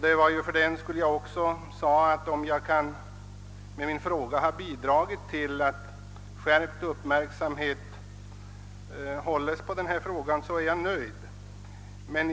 Det var just därför jag sade att jag är nöjd om jag med min fråga kan ha bidragit till att skärpt uppmärksamhet riktas på dessa problem.